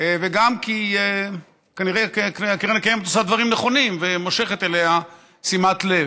וגם כי כנראה הקרן הקיימת עושה דברים נכונים ומושכת אליה תשומת לב.